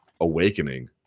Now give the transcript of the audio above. awakening